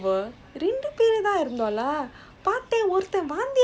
we were all like getting ready to run again ah